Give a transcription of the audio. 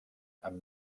amb